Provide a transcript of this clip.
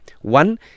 One